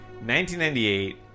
1998